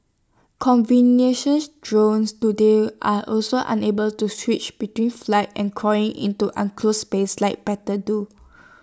conventional drones today are also unable to switch between flight and crawling into enclosed spaces like battle do